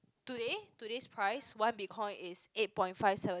today today's price one Bitcoin is eight point five seven